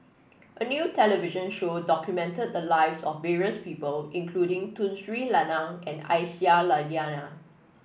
a new television show documented the lives of various people including Tun Sri Lanang and Aisyah Lyana